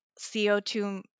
CO2